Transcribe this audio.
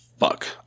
fuck